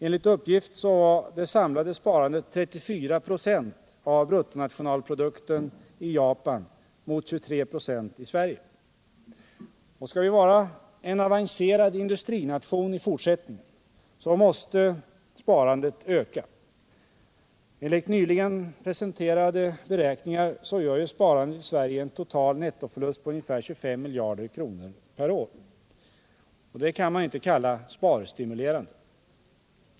Enligt uppgift var det samlade sparandet 34 2 av bruttonationalprodukten i Japan mot 23 96 i Sverige. Skall vi vara en avancerad industrination i fortsättningen måste sparandet öka. Enligt nyligen presenterade beräkningar gör sparandet i Sverige en total nettoförlust på ungefär 25 miljarder kronor om året. Det kan man inte kalla sparstimulerande.